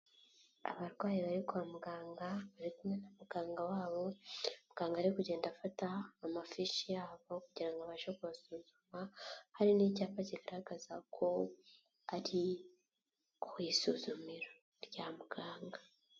Abarwayi bari kwa muganga na muganga wabo, muganga ari kugenda afata amafishi yava kugira ngo abashe gusuzuma, hari n'icyapa kigaragaza ko ari ku isuzumiro rya muganga.